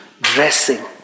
dressing